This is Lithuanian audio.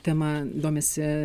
tema domisi